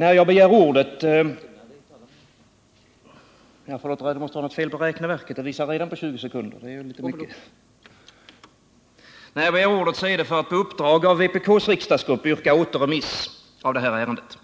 Herr talman! När jag begär ordet är det för att på uppdrag av vpk:s riksdagsgrupp yrka återremiss av det här ärendet.